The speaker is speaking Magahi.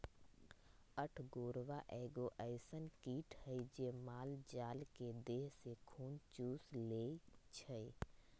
अठगोरबा एगो अइसन किट हइ जे माल जाल के देह से खुन चुस लेइ छइ